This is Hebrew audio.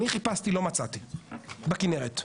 אני חיפשתי ולא מצאתי בכינרת.